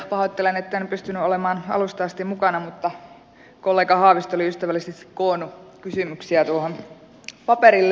pahoittelen etten pystynyt olemaan alusta asti mukana mutta kollega haavisto oli ystävällisesti koonnut kysymyksiä tuohon paperille